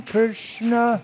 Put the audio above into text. Krishna